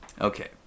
Okay